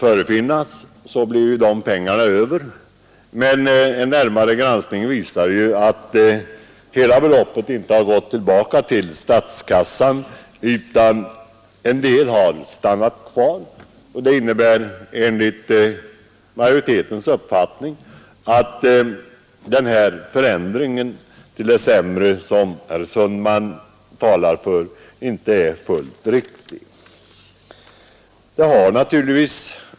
Men om man granskar denna närmare finner man att hela beloppet inte går tillbaka till statskassan. Det innebär enligt utskottsmajoritetens uppfattning att det inte är fullt riktigt att, som herr Sundman gör, tala om en förändring till det sämre.